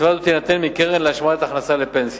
קצבה זו תינתן מקרן להשלמת הכנסה לפנסיה.